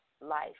life